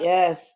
Yes